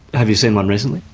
have you seen one recently?